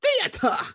theater